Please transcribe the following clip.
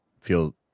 feel